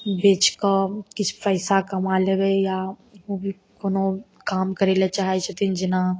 बेचिके किछु पइसा कमा लेबै या कोनो काम करैले चाहै छथिन जेना